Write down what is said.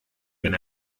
wenn